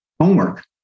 homework